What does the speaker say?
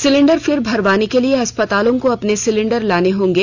cylinder फिर भरवाने के लिए अस्पतालों को अपने सिलेंडर लाने होंगे